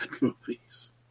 movies